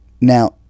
Now